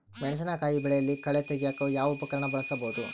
ಮೆಣಸಿನಕಾಯಿ ಬೆಳೆಯಲ್ಲಿ ಕಳೆ ತೆಗಿಯಾಕ ಯಾವ ಉಪಕರಣ ಬಳಸಬಹುದು?